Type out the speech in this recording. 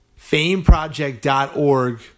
FameProject.org